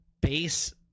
base